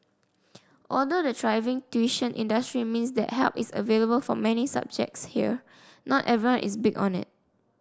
although the thriving tuition industry means that help is available for many subjects here not everyone is big on it